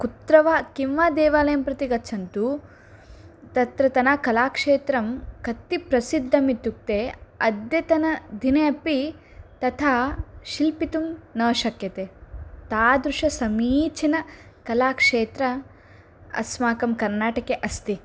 कुत्र वा किं वा देवालयं प्रति गच्छन्तु तत्र तन कलाक्षेत्रं कत्तिप्रसिद्धम् इत्युक्ते अद्यतनदिने अपि तथा शिल्पितुं न शक्यते तादृशसमीचीन कलाक्षेत्रम् अस्माकं कर्नाटके अस्ति